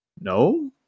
no